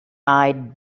eyed